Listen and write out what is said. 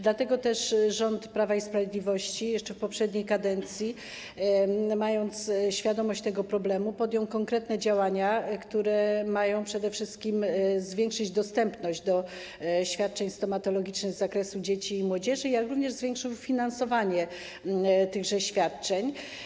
Dlatego też rząd Prawa i Sprawiedliwości jeszcze w poprzedniej kadencji, mając świadomość tego problemu, podjął konkretne działania, które mają przede wszystkim zwiększyć dostępność do świadczeń stomatologicznych dla dzieci i młodzieży, jak również zwiększył finansowanie tychże świadczeń.